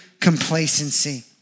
complacency